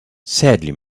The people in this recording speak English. sadly